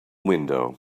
window